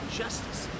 justice